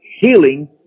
healing